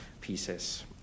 pieces